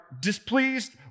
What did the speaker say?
displeased